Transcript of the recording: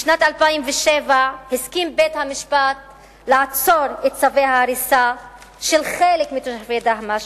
בשנת 2007 הסכים בית-המשפט לעצור את צווי ההריסה של חלק מתושבי דהמש,